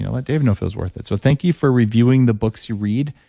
let david know if it was worth it. so, thank you for reviewing the books you read,